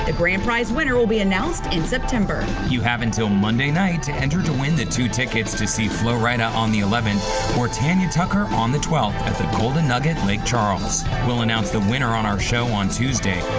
grand prize winner will be announced in september. you have until monday night to enter to win the two tickets to see flo-rida on the eleventh or tanya tucker on the twelfth at the golden nugget lake charles. we'll announce the winner on our show on tuesday,